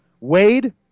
Wade